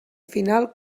final